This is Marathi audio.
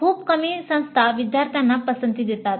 खूप कमी संस्था विद्यार्थ्यांना पसंती देतात